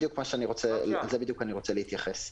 כשאנחנו לא יודעים היום שאפשר לטוס בעוד חודשיים.